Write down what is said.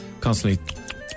constantly